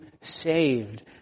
saved